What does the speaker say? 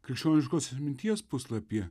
krikščioniškos atminties puslapyje